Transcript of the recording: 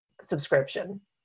subscription